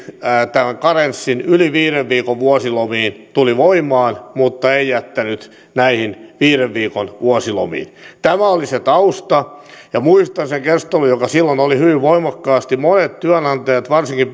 tämän karenssin yli viiden viikon vuosilomiin mutta ei jättänyt näihin viiden viikon vuosilomiin tämä oli se tausta ja muistan sen keskustelun joka silloin oli hyvin voimakasta monet työnantajat varsinkin